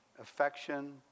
affection